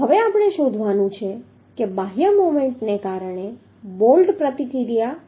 હવે આપણે શોધવાનું છે કે બાહ્ય મોમેન્ટને કારણે બોલ્ટ પ્રતિક્રિયા શું આવી રહી છે